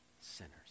sinners